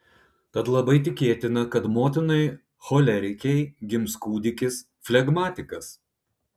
tad labai tikėtina kad motinai cholerikei gims kūdikis flegmatikas